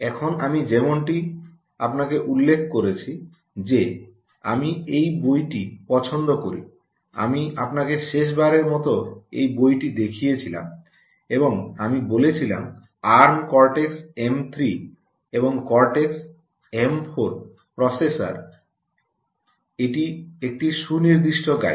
এখন আমি যেমনটি আপনাকে উল্লেখ করেছি যে আমি এই বইটি পছন্দ করি আমি আপনাকে শেষবারের মতো এই বইটি দেখিয়েছিলাম এবং আমি বলেছিলাম আর্ম কর্টেক্স এম 3 এবং কর্টেক্স এম 4 প্রসেসরের এটি একটি সুনির্দিষ্ট গাইড